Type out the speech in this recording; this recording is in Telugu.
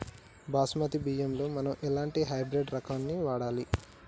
బాస్మతి బియ్యంలో మనం ఎలాంటి హైబ్రిడ్ రకం ని వాడాలి?